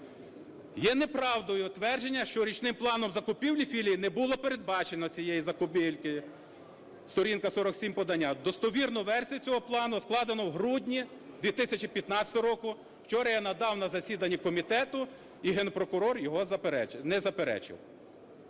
Є неправдою твердження, що річним планом закупівлі філії не було передбачено цієї закупівлі, сторінка 47 подання. Достовірну версію цього плану складено в грудні 2015 року, вчора я надав на засіданні комітету, і Генпрокурор його не заперечив.